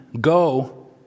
go